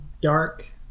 dark